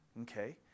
okay